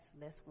less